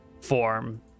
form